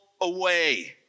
away